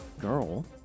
girl